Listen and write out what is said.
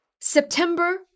September